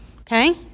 okay